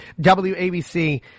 WABC